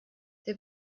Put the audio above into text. der